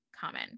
common